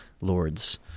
lords